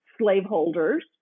slaveholders